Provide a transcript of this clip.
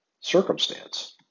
circumstance